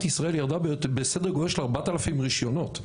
ישראל ירדה בסדר גודל של 4,000 רישיונות,